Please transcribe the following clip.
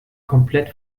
komplett